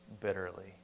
bitterly